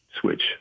switch